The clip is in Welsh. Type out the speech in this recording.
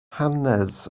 hanes